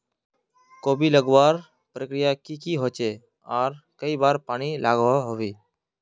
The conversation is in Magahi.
कोबी लगवार प्रक्रिया की की होचे आर कई बार पानी लागोहो होबे?